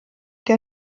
der